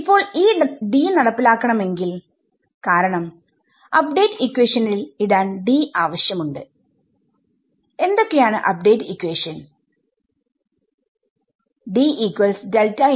ഇപ്പോൾ ഈ D നടപ്പിലാക്കണമെങ്കിൽ കാരണം അപ്ഡേറ്റ് ഇക്വേഷനിൽ ഇടാൻ D ആവശ്യമുണ്ട് എന്തൊക്കെയാണ് അപ്ഡേറ്റ് ഇക്വേഷൻ